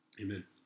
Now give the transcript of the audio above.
Amen